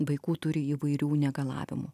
vaikų turi įvairių negalavimų